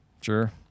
sure